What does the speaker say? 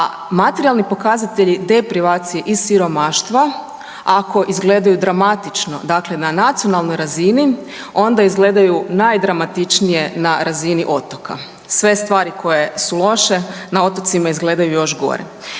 materijalni pokazatelji deprivacije i siromaštva ako izgledaju dramatično dakle na nacionalnoj razini onda izgledaju najdramatičnije na razini otoka. Sve stvari koje su loše na otocima izgledaju još gore.